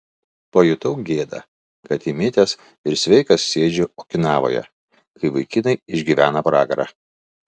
pajutau gėdą kad įmitęs ir sveikas sėdžiu okinavoje kai vaikinai išgyvena pragarą